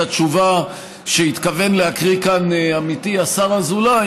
התשובה שהתכוון להקריא כאן עמיתי השר אזולאי,